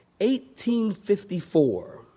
1854